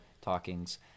talkings